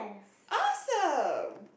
awesome